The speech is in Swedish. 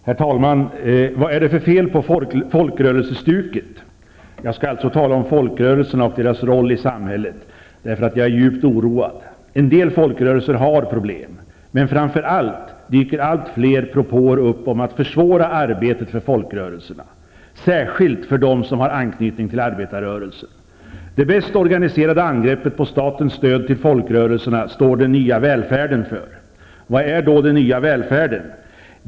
Herr talman! Vad är det för fel på folkrörelsestuket? Jag skall tala om folkrörelserna och deras roll i samhället, därför att jag är djupt oroad. En del folkrörelser har problem, men framför allt dyker allt fler propåer upp om att försvåra arbetet för folkrörelserna, särskilt för dem som har anknytning till arbetarrörelsen. Det bäst organiserade angreppet på statens stöd till folkrörelserna står Den nya välfärden för. Vad är då Den nya välfärden?